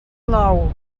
nou